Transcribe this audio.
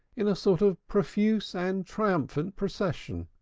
in a sort of profuse and triumphant procession.